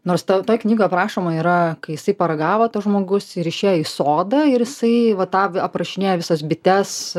nors toj toj knygoj aprašoma yra kai jisai paragavo tas žmogus ir išėjo į sodą ir jisai va tą aprašinėja visas bites